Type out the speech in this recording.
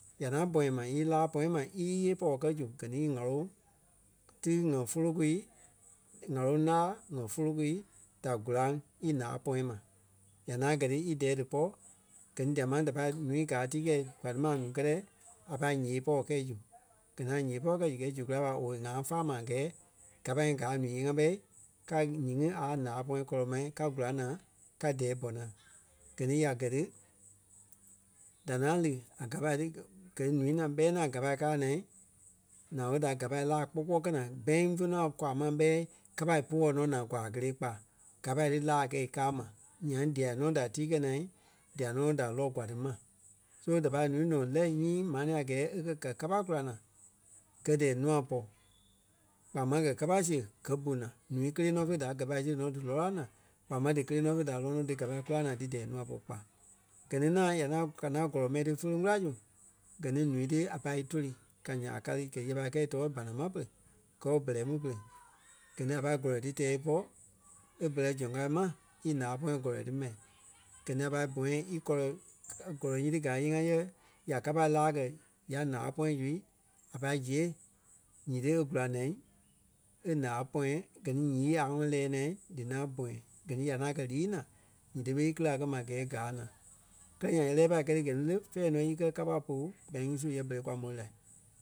ya naa bɔ̃yɛ ma ílaa pɔ̃yɛɛ ma íyee pɔɔ kɛ zu. Gɛ ni í ɣaloŋ ti ŋgɛ volo koi ɣaloŋ la wɔ̀ volo koi da goraŋ ílaa pɔ̃yɛ ma. Ya ŋaŋ gɛ ti í dɛɛ dípɔ gɛ ni dia máŋ da pâi ǹúui gaa tii kɛi gwaa ti ma a ǹúui kɛtɛ a pâi ǹyee pɔɔ kɛ̂i zu. gɛ ni a ǹyee pɔɔ kɛ̀ zu gɛi zu kulai ɓa owei ŋa fáa ma a gɛɛ gapai ŋí gáa ǹúui ǹyee-ŋa ɓɛi ká nyiŋí a ǹaa pɔ̃yɛ kɔlɔ ma ka kula naa ka dɛɛ bú naa. Gɛ ni ya gɛ ti da ŋaŋ lí a gapai ti gɛ ni ǹúui ŋaŋ ɓɛi ŋaŋ gapai káa naa, naa ɓé da gapai laa kpɔ́ kpɔ kɛ́ naa. Bank fe nɔ a kwaa maa ɓɛi kapa púɔɔ nɔ naa gwaa kélee kpa. Gapai ti laa kɛɛ káa ma nyaŋ dia nɔ da tíi kɛ naa dia nɔ ɓé da lɔ kwaa ti ma. So da pâi núu tɔnɔ lɛ́ nyii maa nɛ̃ɛ a gɛɛ e kɛ̀ gɛ̀ gɛ kapa kula naa gɛ dɛɛ nûa pɔ́. Kpaa máŋ gɛ kapa siɣe gɛ bu naa nûa kélee nɔ fé da gapai siɣe nɔ dí lɔ la naa kpaa máŋ díkelee nɔ fe da lɔ nɔ dí gapai kula naa dí dɛɛ nûa pɔ́ kpa. Gɛ ni ŋaŋ ya ŋaŋ ka ŋaŋ gɔlɔ mɛni ti filiŋ kula gɛ ni ǹúui ti a pâi í toli ka nyaa ka lí gɛɛ ya pâi kɛ̂i tɔɔ banama pere gɔɔ bɛrɛ mu pere. Gɛ ni a pâi gɔlɔi ti tɛɛ ípɔ e ɓɛlɛ soŋ kao ma ílaa pɔ̃yɛ gɔlɔi ti ma. Gɛ ni a pai bɔ̃yɛ íkɔlɔi gɔlɔi nyiti gaa íyee-ŋa yɛ ya kapa láa kɛ̀ ya láa pɔ̃yɛ zu a pai ziɣe nyiti e gula naa e ǹaa pɔ̃yɛ gɛ ni yii a ŋɔnɔ lɛɛ naa dí ŋaŋ bɔ̃yɛ. Gɛ ni ya ŋaŋ kɛ́ lii naa nyiti ɓé íkili a ma a gɛɛ gáa naa. Kɛ́lɛ nyaŋ í lɛɛ pai lí gɛ ni le fɛ̂ɛ nɔ íkɛ pú bank ŋí su yɛ berei kwa m̀ôi la.